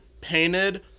painted